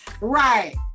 Right